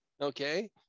okay